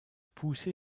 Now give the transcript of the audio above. pousse